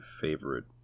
favorite